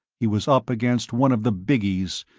he was up against one of the biggies,